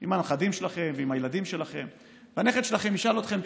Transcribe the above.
עם הנכדים שלכם ועם הילדים שלכם והנכד שלכם ישאל אתכם: